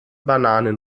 bananen